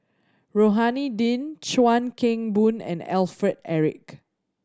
Rohani Din Chuan Keng Boon and Alfred Eric